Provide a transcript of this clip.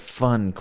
fun